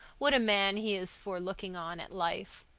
what a man he is for looking on at life!